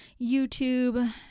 YouTube